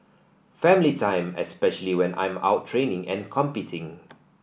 family time especially when I'm out training and competing